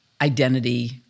identity